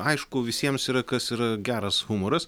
aišku visiems yra kas yra geras humoras